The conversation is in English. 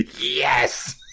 Yes